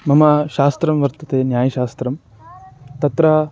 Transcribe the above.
मम शास्त्रं वर्तते न्यायशास्त्रं तत्र